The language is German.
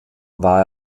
war